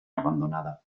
abandonada